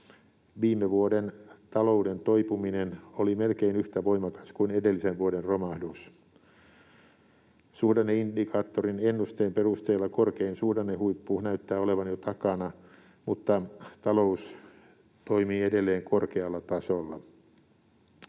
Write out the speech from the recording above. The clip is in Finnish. viime vuoden talouden toipuminen oli melkein yhtä voimakas kuin edellisen vuoden romahdus. Suhdanneindikaattorin ennusteen perusteella korkein suhdannehuippu näyttää olevan jo takana, mutta talous toimii edelleen korkealla tasolla.